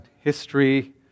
history